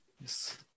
Yes